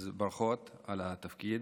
אז ברכות על התפקיד.